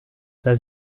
pas